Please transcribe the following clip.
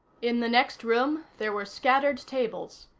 in the next room, there were scattered tables.